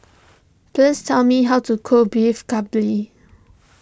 please tell me how to cook Beef Galbi